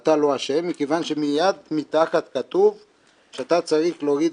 אתה לא אשם מכוון שמיד מתחת כתוב שאתה צריך להוריד